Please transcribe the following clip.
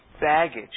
baggage